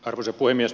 arvoisa puhemies